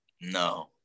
No